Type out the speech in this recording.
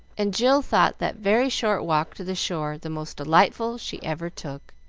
and jill thought that very short walk to the shore the most delightful she ever took